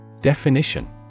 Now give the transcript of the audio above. Definition